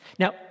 Now